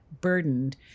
burdened